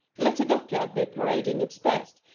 let the duck-yard be parading its best,